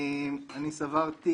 אני סברתי